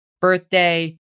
Birthday